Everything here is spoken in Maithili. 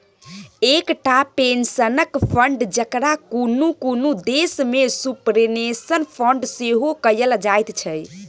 एकटा पेंशनक फंड, जकरा कुनु कुनु देश में सुपरनेशन फंड सेहो कहल जाइत छै